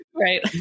Right